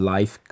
Life